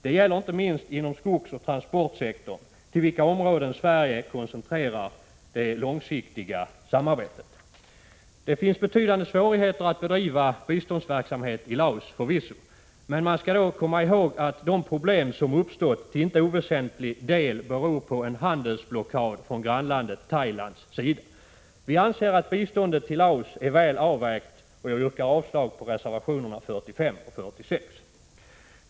Det gäller inte minst inom skogsoch transportsektorn, till vilka områden Sverige koncentrerar det långsiktiga samarbetet. Det finns förvisso betydande svårigheter att bedriva biståndsverksamhet i Laos. Men man skall då komma ihåg att de problem som uppstått till inte oväsentlig del beror på en handelsblockad från grannlandet Thailands sida. Vi anser att biståndet till Laos är väl avvägt, och jag yrkar avslag på reservationerna 45 och 46.